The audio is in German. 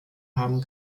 haben